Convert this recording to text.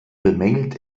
bemängelt